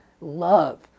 love